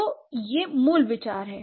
तो यह मूल विचार है